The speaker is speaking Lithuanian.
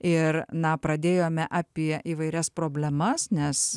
ir na pradėjome apie įvairias problemas nes